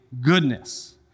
goodness